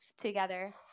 together